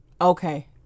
Okay